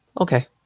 Okay